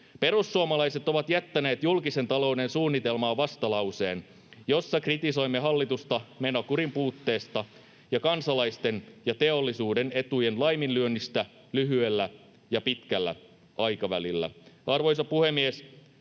Perussuomalaiset ovat jättäneet julkisen talouden suunnitelmaan vastalauseen, jossa kritisoimme hallitusta menokurin puutteesta ja kansalaisten ja teollisuuden etujen laiminlyönnistä lyhyellä ja pitkällä aikavälillä. Arvoisa puhemies,